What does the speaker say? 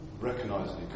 recognising